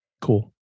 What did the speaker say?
Cool